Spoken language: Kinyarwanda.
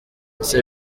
ese